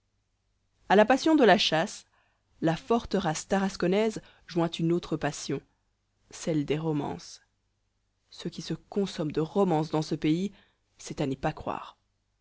a la passion de la chasse la forte race tarasconnaise joint une autre passion celle des romances ce qui se consomme de romances dans ce petit pays c'est à n'y pas croire